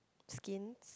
skin